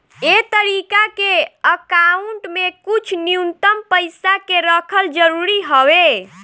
ए तरीका के अकाउंट में कुछ न्यूनतम पइसा के रखल जरूरी हवे